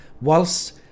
whilst